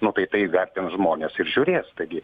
nu tai tai vertins žmonės ir žiūrės taigi